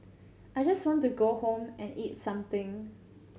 I just want to go home and eat something